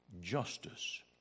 justice